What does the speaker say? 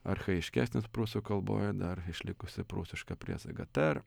archajiškesnis prūsų kalboje dar išlikusi prūsiška priesaga ter